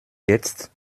jetzt